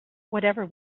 whatever